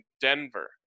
Denver